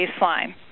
baseline